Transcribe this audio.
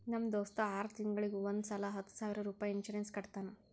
ನಮ್ ದೋಸ್ತ ಆರ್ ತಿಂಗೂಳಿಗ್ ಒಂದ್ ಸಲಾ ಹತ್ತ ಸಾವಿರ ರುಪಾಯಿ ಇನ್ಸೂರೆನ್ಸ್ ಕಟ್ಟತಾನ